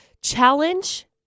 Challenge